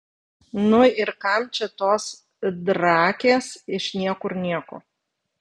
nu ir kam čia tos drakės iš niekur nieko